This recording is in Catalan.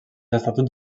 estatuts